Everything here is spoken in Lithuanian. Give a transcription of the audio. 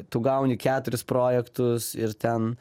tu gauni keturis projektus ir ten